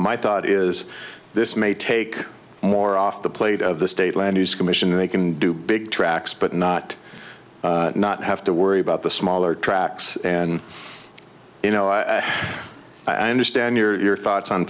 my thought is this may take more off the plate of the state land use commission and they can do big tracks but not not have to worry about the smaller tracks and you know i i understand your thoughts on